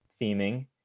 theming